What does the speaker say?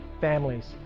families